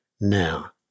now